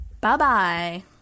bye-bye